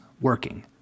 working